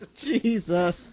Jesus